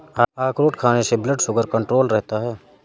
अखरोट खाने से ब्लड शुगर कण्ट्रोल रहता है